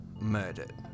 murdered